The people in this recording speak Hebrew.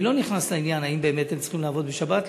אני לא נכנס לעניין אם באמת הם צריכים לעבוד בשבת,